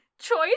choice